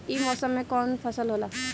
ई मौसम में कवन फसल होला?